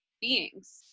beings